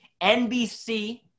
NBC